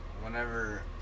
whenever